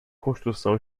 construção